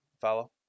follow